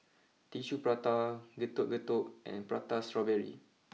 Tissue Prata Getuk Getuk and Prata Strawberry